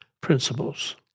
principles